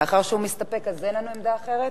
מאחר שהוא מסתפק אין לנו עמדה אחרת?